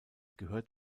gehört